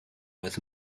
was